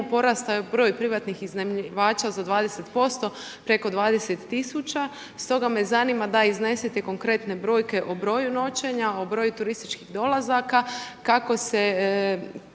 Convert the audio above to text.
porastao je broj privatnih iznajmljivača za 20%, preko 20 000. Stoga me zanima da iznesete konkretne brojke o broju noćenja, o broju turističkih dolazaka, kako se